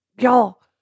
Y'all